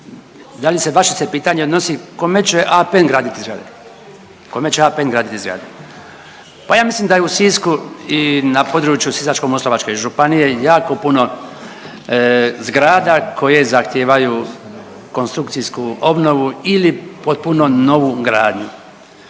kome će APN graditi zgrade. Kome će APN graditi zgrade? Pa ja mislim da je u Sisku i na području Sisačko-moslavačke županije jako puno zgrada koje zahtijevaju konstrukciju obnovu ili potpuno novu gradnju.